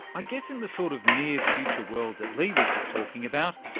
ah guess in the sort of near future world that lee was just talking about,